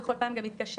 וכל פעם גם התקשרתי,